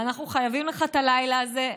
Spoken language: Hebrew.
אנחנו חייבים לך את הלילה הזה.